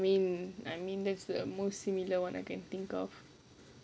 I mean I mean that's the most similar one I can think of